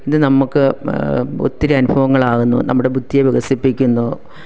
ഇത് നമുക്ക് ഒത്തിരി അനുഭവങ്ങളാകുന്നു നമ്മടെ ബുദ്ധിയെ വികസിപ്പിക്കുന്നു